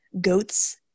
goat's